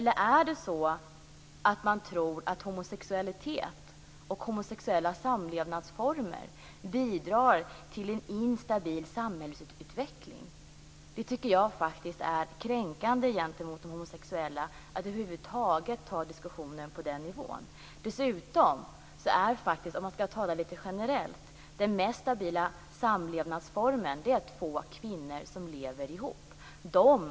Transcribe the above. Tror man att homosexualitet och homosexuella samlevnadsformer bidrar till en instabil samhällsutveckling? Att över huvud taget föra diskussionen på den nivån tycker jag är kränkande gentemot de homosexuella. Dessutom är den mest stabila samlevnadsformen faktiskt två kvinnor som lever ihop, om man skall tala i generella termer.